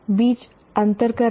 बीच अंतर करना